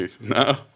No